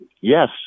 yes